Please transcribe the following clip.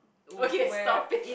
okay stop it